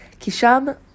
Kisham